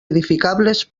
edificables